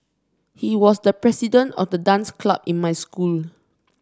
he was the president of the dance club in my school